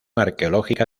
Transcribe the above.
arqueológica